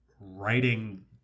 writing